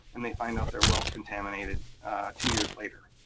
and they find out their well's contaminated two years later.